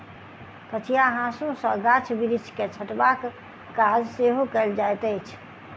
कचिया हाँसू सॅ गाछ बिरिछ के छँटबाक काज सेहो कयल जाइत अछि